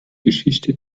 geschichte